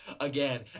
again